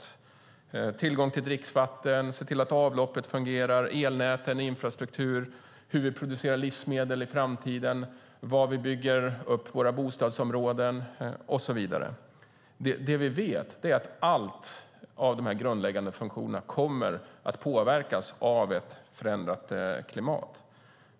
Det handlar om tillgång till dricksvatten, avlopp som fungerar, elnät och infrastruktur, hur vi producerar livsmedel i framtiden, var vi bygger upp våra bostadsområden och så vidare. Vi vet att alla de här grundläggande funktionerna kommer att påverkas av ett förändrat klimat.